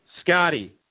Scotty